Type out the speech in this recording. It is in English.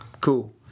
Cool